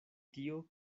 tio